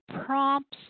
prompts